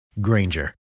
Granger